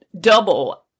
double